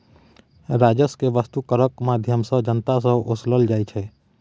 राजस्व केँ बस्तु करक माध्यमसँ जनता सँ ओसलल जाइ छै